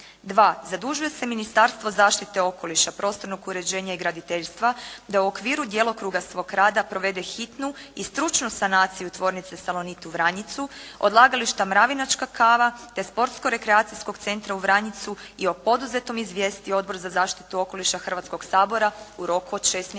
2. Zadužuje se Ministarstvo zaštite okoliša prostornog uređenja i graditeljstva da u okviru djelokruga svog rada provede hitnu i stručnu sanacije tvornice "Salonit" u Vranjicu, odlagališta "Mravinjačka kava", te sportsko rekreacijskog centra u Vranjicu i o poduzetom izvijesti Odbor za zaštitu okoliša Hrvatskog sabora u roku od 6